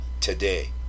today